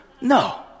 no